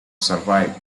survived